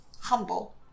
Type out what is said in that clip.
humble